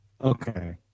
Okay